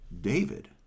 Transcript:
David